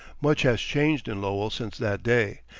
much has changed in lowell since that day,